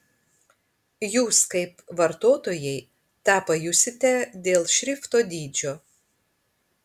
jūs kaip vartotojai tą pajusite dėl šrifto dydžio